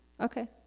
Okay